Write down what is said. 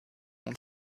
und